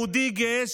יהודי גאה,